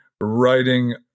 writing